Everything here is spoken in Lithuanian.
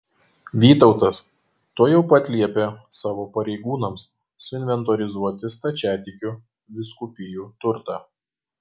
vytautas tuojau pat liepė savo pareigūnams suinventorizuoti stačiatikių vyskupijų turtą